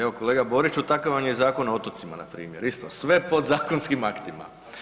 Evo kolega Boriću, takav vam je Zakon o otocima, npr., isto, sve podzakonskim aktima.